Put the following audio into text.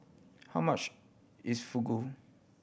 how much is Fugu